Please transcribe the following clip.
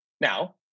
Now